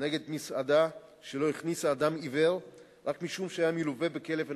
נגד מסעדה שלא הכניסה אדם עיוור רק משום שהיה מלווה בכלב נחייה.